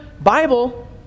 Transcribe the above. Bible